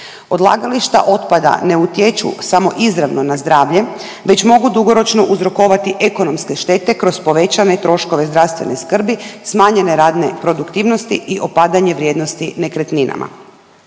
Odlagališta otpada ne utječu smo izravno na zdravlje već mogu dugoročno uzrokovati ekonomske štete kroz povećane troškove zdravstvene skrbi, smanjene radne produktivnosti i opadanje vrijednosti nekretninama.